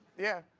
yeah.